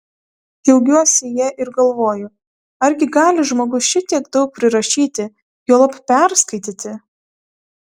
džiaugiuosi ja ir galvoju argi gali žmogus šitiek daug prirašyti juolab perskaityti